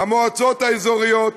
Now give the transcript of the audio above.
המועצות האזוריות,